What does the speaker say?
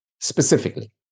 Specifically